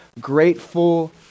grateful